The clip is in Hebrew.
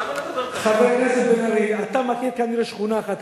למה, חבר הכנסת בן-ארי, אתה כנראה מכיר שכונה אחת.